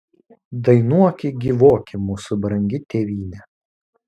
dainuoki gyvuoki mūsų brangi tėvyne